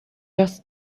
just